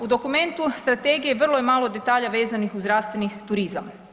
U dokumentu Strategije vrlo je malo detalja vezanih uz zdravstveni turizam.